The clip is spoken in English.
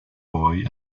boy